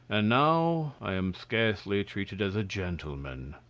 and now i am scarcely treated as a gentleman.